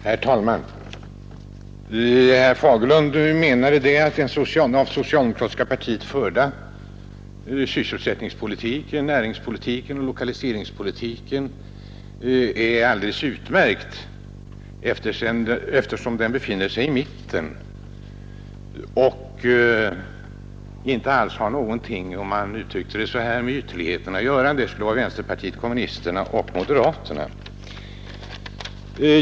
Herr talman! Herr Fagerlund tyckte att den av socialdemokratin förda sysselsättnings-, näringsoch lokaliseringspolitiken är alldeles utmärkt, eftersom den ”befinner sig i mitten” och inte alls har något, som han uttryckte det, med ytterligheterna att göra — därmed skulle menas vänsterpartiet kommunisternas och moderaternas politik.